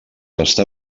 està